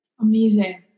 Amazing